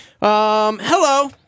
Hello